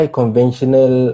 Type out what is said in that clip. conventional